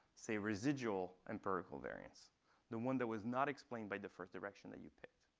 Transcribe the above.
say, residual empirical variance the one that was not explained by the first direction that you picked.